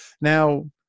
Now